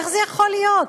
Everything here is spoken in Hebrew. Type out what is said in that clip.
איך זה יכול להיות?